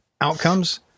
outcomes